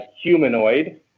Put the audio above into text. humanoid